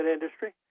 industry